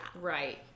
Right